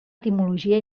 etimologia